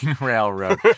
Railroad